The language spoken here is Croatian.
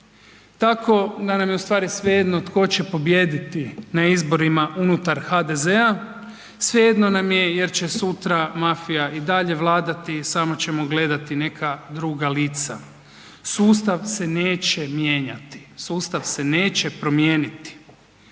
tako da nam je u stvari svejedno tko će pobijediti na izborima unutar HDZ-a, svejedno nam je jer će sutra mafija i dalje vladati, i samo ćemo gledati neka druga lica, sustav se neće mijenjati, sustav se neće promijeniti.